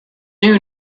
new